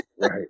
right